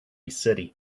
city